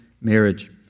marriage